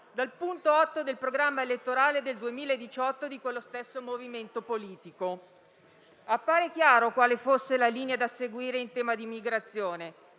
dal punto 8 del programma elettorale del 2018 di quello stesso movimento politico. Appare chiaro quale fosse la linea da seguire in tema di migrazione